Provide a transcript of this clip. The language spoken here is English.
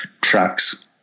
tracks